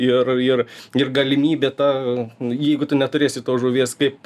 ir ir ir galimybė ta jeigu tu neturėsi tos žuvies kaip